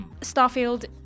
starfield